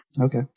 Okay